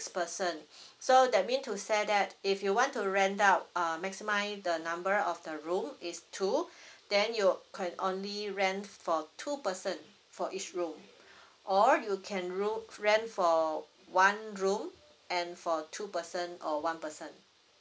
person so that mean to say that if you want to rent out uh maximize the number of the room is two then you can only rent for two person for each room or you can room rent for one room and for two person or one person